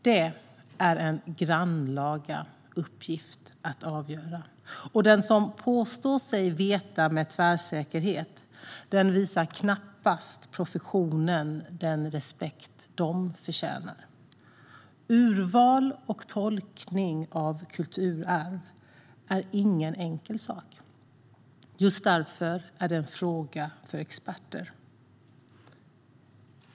Det är en grannlaga uppgift att avgöra. Den som påstår sig veta med tvärsäkerhet visar knappast professionen den respekt den förtjänar. Urval och tolkning av kulturarv är ingen enkel sak, och just därför är det en fråga för experter.